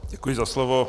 Děkuji za slovo.